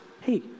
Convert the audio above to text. hey